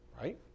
Right